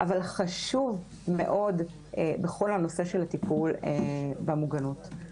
אבל חשוב מאוד בכל הנושא של הטיפול במוגנות.